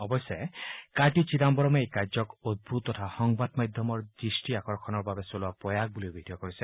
অৱশ্যে কাৰ্তি চিদাম্বৰমে এই কাৰ্যক অভূত তথা সংবাদ মাধ্যমৰ দৃষ্টি আকৰ্ষণৰ বাবে চলোৱা প্ৰয়াস বুলি অভিহিত কৰিছে